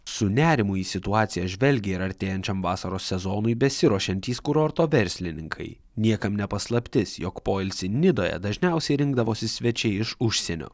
su nerimu į situaciją žvelgia ir artėjančiam vasaros sezonui besiruošiantys kurorto verslininkai niekam ne paslaptis jog poilsį nidoje dažniausiai rinkdavosi svečiai iš užsienio